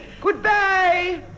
Goodbye